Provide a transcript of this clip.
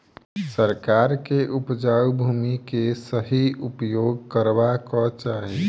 सरकार के उपजाऊ भूमि के सही उपयोग करवाक चाही